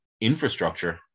infrastructure